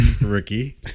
Ricky